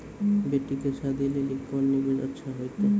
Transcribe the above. बेटी के शादी लेली कोंन निवेश अच्छा होइतै?